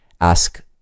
ask